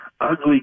ugly